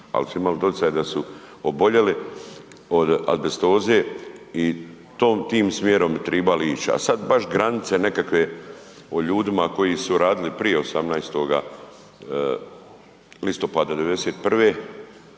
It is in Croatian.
su imali doticaj da su oboljeli od azbestoze i tim smjerom bi trebali ić a sad baš granice nekakve o ljudima koji su radili prije 8. listopada 1991.,